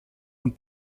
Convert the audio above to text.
und